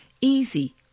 easy